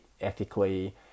ethically